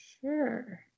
Sure